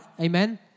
Amen